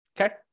okay